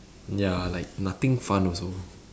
ya like nothing fun also